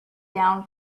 down